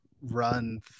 run